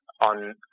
on